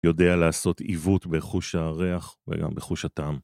יודע לעשות עיוות בחוש הריח וגם בחוש הטעם.